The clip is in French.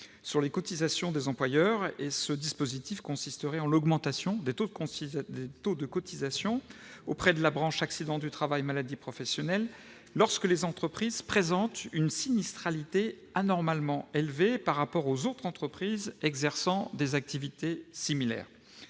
sur les cotisations des employeurs. Ce dispositif consisterait à augmenter les taux de cotisation de la branche accidents du travail et maladies professionnelles, lorsque les entreprises présentent une sinistralité anormalement élevée par rapport aux autres entreprises exerçant des activités similaires.